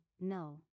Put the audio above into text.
no